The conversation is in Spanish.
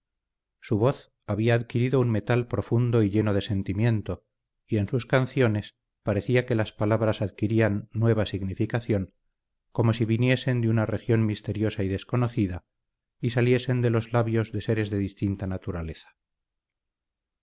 su voz había adquirido un metal profundo y lleno de sentimiento y en sus canciones parecía que las palabras adquirían nueva significación como si viniesen de una región misteriosa y desconocida y saliesen de los labios de seres de distinta naturaleza